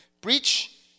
Preach